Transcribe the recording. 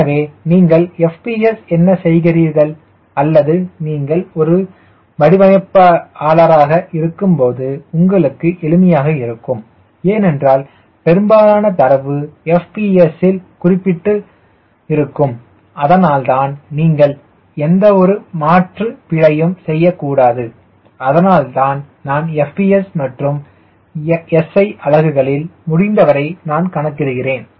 எனவே நீங்கள் FPS என்ன செய்கிறீர்கள் அல்லது நீங்கள் ஒரு வடிவமைப்பாளராக இருக்கும்போது உங்களுக்கு எளிமையாக இருக்கும் ஏனென்றால் பெரும்பாலான தரவு FPS ல் குறிப்பிடப்பட்டிருக்கும் அதனால்தான் நீங்கள் எந்தவொரு மாற்று பிழையும் செய்யக்கூடாது அதனால்தான் நான் FPS மற்றும் SI அலகுகளில் முடிந்தவரை நான் கணக்கிடுகிறேன்